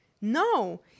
No